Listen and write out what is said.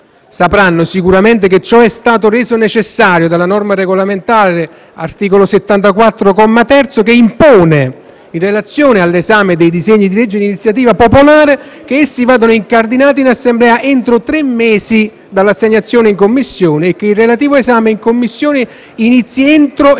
sapranno sicuramente che ciò è stato reso necessario dalla norma regolamentare (articolo 74, comma terzo) che impone, in relazione all'esame dei disegni di legge di iniziativa popolare, che essi vadano incardinati in Assemblea entro tre mesi dall'assegnazione in Commissione, e che il relativo esame in Commissione inizi entro e